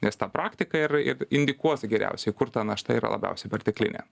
nes ta praktika ir ir indikuos geriausiai kur ta našta yra labiausiai perteklinė